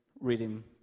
reading